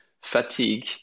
fatigue